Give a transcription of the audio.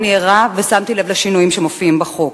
אני ערה ושמתי לב לשינויים שמופיעים בחוק